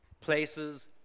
places